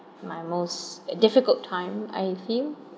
my most difficult time I feel